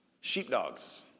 sheepdogs